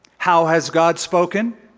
how has god spoken?